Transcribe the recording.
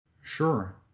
Sure